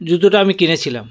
জুতোটা আমি কিনেছিলাম